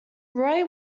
roy